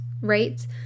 right